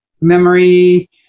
memory